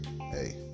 Hey